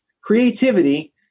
creativity